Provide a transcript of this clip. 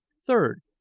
third,